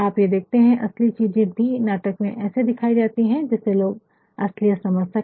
आप ये देखते है असली चीज़े भी नाटक में ऐसे दिखाई जाती है जिससे लोग असलियत समझ सके